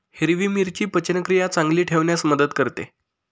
हिरवी मिरची पचनक्रिया चांगली ठेवण्यास मदत करते